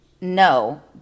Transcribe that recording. No